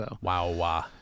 Wow